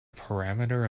parameter